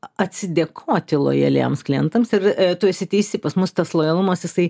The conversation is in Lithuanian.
atsidėkoti lojaliems klientams ir tu esi teisi pas mus tas lojalumas jisai